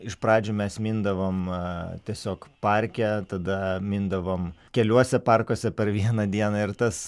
iš pradžių mes mindavom tiesiog parke tada mindavom keliuose parkuose per vieną dieną ir tas